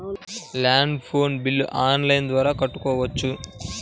Land phone bill online ద్వారా కట్టుకోవచ్చు?